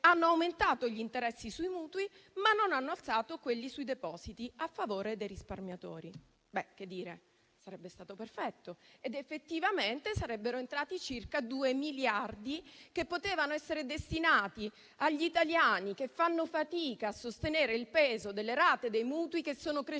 hanno aumentato gli interessi sui mutui ma non hanno alzato quelli sui depositi, a favore dei risparmiatori». Che dire, sarebbe stato perfetto ed effettivamente sarebbero entrati circa due miliardi che potevano essere destinati agli italiani che fanno fatica a sostenere il peso delle rate dei mutui, che sono cresciute